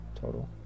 Total